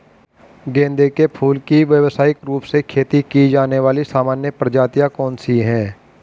गेंदे के फूल की व्यवसायिक रूप से खेती की जाने वाली सामान्य प्रजातियां कौन सी है?